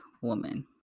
woman